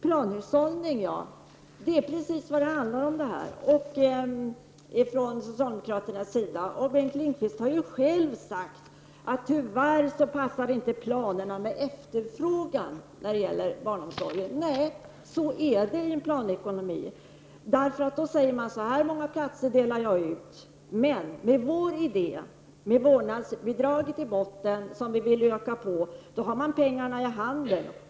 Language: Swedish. Planhushållning, det är just vad det här handlar om. Bengt Lindqvist har ju själv sagt att planerna tyvärr inte passar till efterfrågan när det gäller barnomsorgen. Nej, så är det i en planekonomi. Man säger att så här många platser skall det delas ut, men med vår idé som grund, med vårnadsbidraget i botten som vi vill öka på, får människorna pengarna i handen.